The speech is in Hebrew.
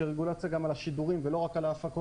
שהיא רגולציה גם על השידורים ולא רק על הפקות,